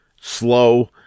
slow